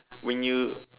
when you